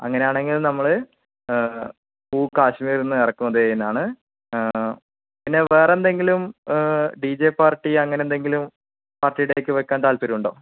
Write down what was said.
അങ്ങനെയാണെങ്കിൽ നമ്മള് പൂ കാശ്മീരിൽ നിന്ന് ഇറക്കുമതി ചെയ്യുന്നതാണ് പിന്നെ വേറെന്തെങ്കിലും ഡീ ജെ പാർട്ടി അങ്ങനെന്തെങ്കിലും പാർട്ടി ടൈപ്പ് വയ്ക്കാൻ താല്പര്യമുണ്ടോ